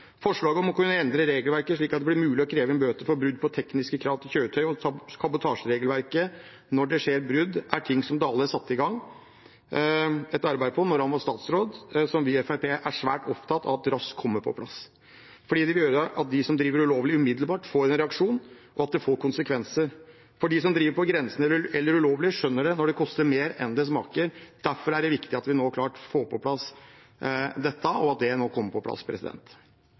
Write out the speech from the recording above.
Forslaget om å kunne endre regelverket slik at det blir mulig å kreve inn bøter for brudd på kabotasjeregelverket og tekniske krav til kjøretøy, er ting som Dale satte i gang et arbeid med da han var statsråd, og som vi i Fremskrittspartiet er svært opptatt av raskt kommer på plass. Det vil gjøre at de som driver ulovlig, umiddelbart får en reaksjon, og at det får konsekvenser, så de som driver på grensen eller ulovlig, skjønner at det koster mer enn det smaker. Derfor er det viktig at dette nå kommer på plass. NLF har også vært tydelige på at de ønsker et digitalt transportregister for all internasjonal godstrafikk kombinert med transport og